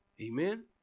Amen